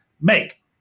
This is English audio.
make